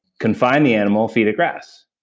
confine the animal, feed it grass,